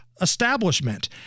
establishment